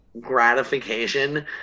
gratification